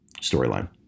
storyline